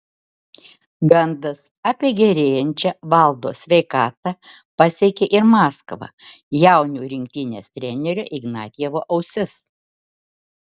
gandas apie gerėjančią valdo sveikatą pasiekė ir maskvą jaunių rinktinės trenerio ignatjevo ausis